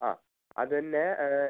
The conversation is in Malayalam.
ആ അതന്നെ